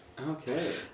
Okay